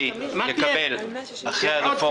יש פירוט?